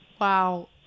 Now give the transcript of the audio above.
Wow